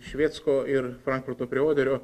šviecko ir frankfurto prie oderio